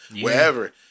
wherever